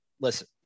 listen